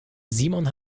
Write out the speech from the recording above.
simon